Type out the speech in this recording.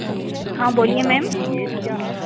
हाँ बोलिए मैम